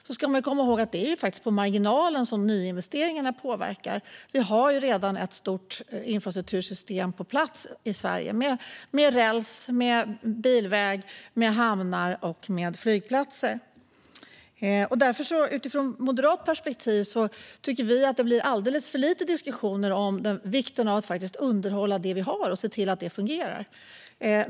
Men låt oss komma ihåg att det är på marginalen nyinvesteringarna påverkar. Vi har redan ett stort infrastruktursystem på plats med räls, bilväg, hamnar och flygplatser. Moderaterna tycker därför att det blir alldeles för lite diskussion om vikten av att underhålla det Sverige redan har och se till att det fungerar.